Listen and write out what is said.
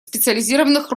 специализированных